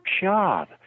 job